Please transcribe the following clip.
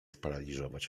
sparaliżować